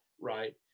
right